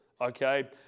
Okay